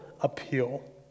appeal